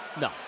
No